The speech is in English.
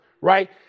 right